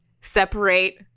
separate